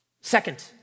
Second